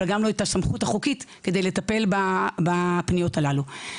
אבל גם לא את הסמכות החוקית כדי לטפל בפניות הללו.